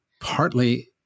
Partly